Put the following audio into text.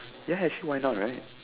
yes you why not right